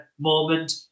moment